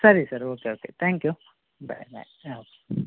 ಸರಿ sir okay okay thank you bye bye ಹಾಂ okay